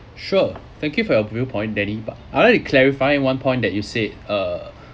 sure thank you for your viewpoint danny but I'll clarify one point that you said uh